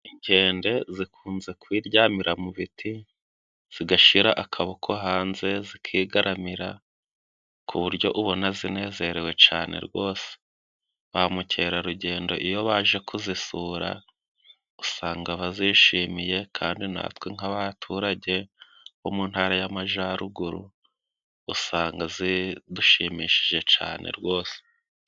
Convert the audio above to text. Inkende zikunze kwiryamira mu biti, zigashira akaboko hanze, zikigaramira ku buryo ubona zinezerewe cane rwose. Ba mukerarugendo iyo baje kuzisura, usanga bazishimiye kandi natwe nk'abaturage bo mu Ntara y'Amajaruguru, usanga zidushimishije cane rwose.